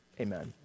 amen